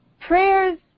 Prayers